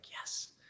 yes